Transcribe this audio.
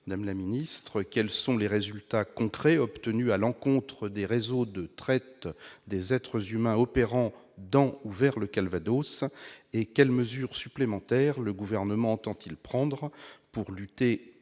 Madame la secrétaire d'État, quels sont les résultats concrets obtenus à l'encontre des réseaux de traite des êtres humains opérant dans ou vers le Calvados ? Quelles mesures supplémentaires le Gouvernement entend-il prendre pour lutter